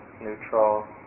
neutral